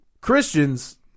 Christians